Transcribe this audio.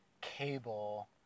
cable